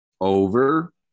Over